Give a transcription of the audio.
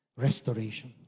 restoration